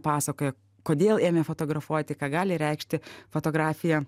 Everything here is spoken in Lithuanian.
pasakoja kodėl ėmė fotografuoti ką gali reikšti fotografija